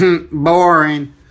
Boring